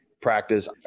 practice